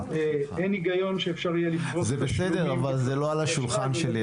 אין הגיון שאפשר יהיה --- זה בסדר אבל זה לא על השולחן שלי,